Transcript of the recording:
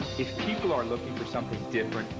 if people are looking for something different,